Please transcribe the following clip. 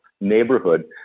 neighborhood